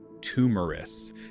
tumorous